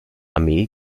armee